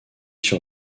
sur